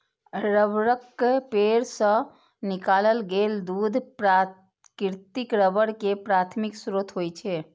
रबड़क पेड़ सं निकालल गेल दूध प्राकृतिक रबड़ के प्राथमिक स्रोत होइ छै